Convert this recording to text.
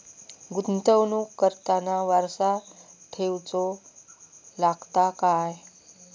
गुंतवणूक करताना वारसा ठेवचो लागता काय?